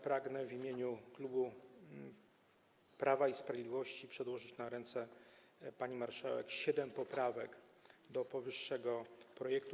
Pragnę w imieniu klubu Prawa i Sprawiedliwości złożyć na ręce pani marszałek siedem poprawek do powyższego projektu.